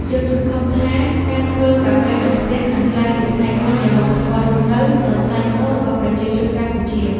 យើងសង្ឃឹមថាការធ្វើកាហ្វេនៅផ្ទះនឹងក្លាយជាផ្នែកមួយនៃវប្បធម៌រស់នៅដ៏ថ្លៃថ្នូររបស់ប្រជាជនកម្ពុជា។